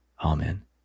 Amen